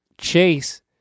Chase